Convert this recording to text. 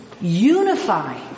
unify